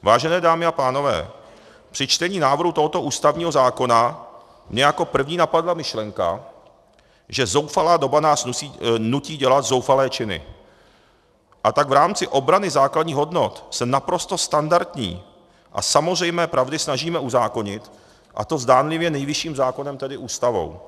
Vážené dámy a pánové, při čtení návrhu tohoto ústavního zákona mě jako první napadla myšlenka, že zoufalá doba nás nutí dělat zoufalé činy, a tak v rámci obrany základních hodnot se naprosto standardní a samozřejmé pravdy snažíme uzákonit, a to zdánlivě nejvyšším zákonem, tedy Ústavou.